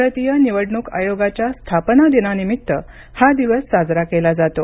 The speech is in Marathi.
भारतीय निवडणूक आयोगाच्या स्थापना दिनानिमित्त हा दिवस साजरा केला जातो